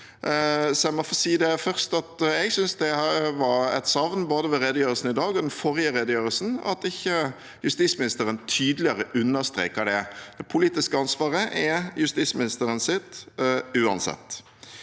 jeg synes det var et savn, både ved redegjørelsen i dag og i den forrige redegjørelsen, at ikke justisministeren tydeligere understreker det. Det politiske ansvaret er justisministeren sitt, uansett.